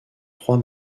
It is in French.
trois